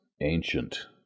ancient